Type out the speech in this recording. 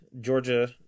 Georgia